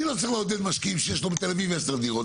אני לא צריך לעודד משקיע שיש לו בתל אביב 10 דירות.